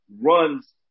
runs